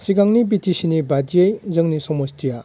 सिगांनि बिटिसिनिबादियै जोंनि समस्थियाव